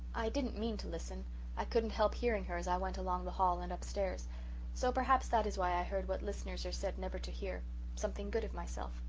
i didn't mean to listen i couldn't help hearing her as i went along the hall and upstairs so perhaps that is why i heard what listeners are said never to hear something good of myself.